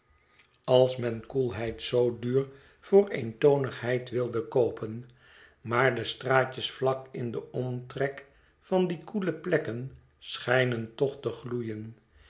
als men koelheid zoo duur voor eentonigheid wilde koopen maar de straatjes vlak in den omtrek van die koele plekken schijnen toch te gloeien